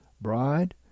bride